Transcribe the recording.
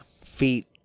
feet